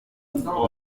vingt